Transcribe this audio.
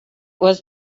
was